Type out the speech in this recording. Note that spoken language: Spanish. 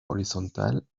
horizontal